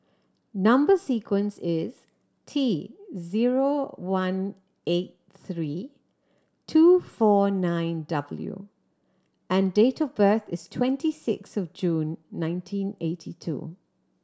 number sequence is T zero one eight three two four nine W and date of birth is twenty six of June nineteen eighty two